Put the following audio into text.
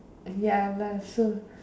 ya lah so